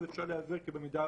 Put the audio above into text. אתה יכול להיעזר במידע